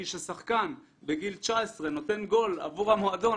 כי כששחקן בגיל 19 מבקיע גול עבור המועדון